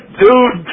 dude